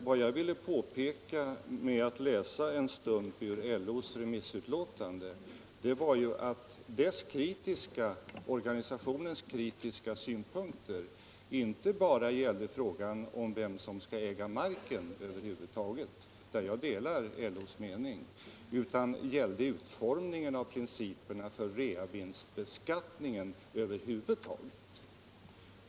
Vad jag ville påpeka med att läsa en stump ur LO:s remissutlåtande var att organisationens kritiska synpunkter inte bara gällde frågan om vem som skall äga marken över huvud taget — där jag delar LO:s mening —- utan utformningen av principerna för reavinstbeskattningen över huvud taget.